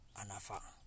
anafa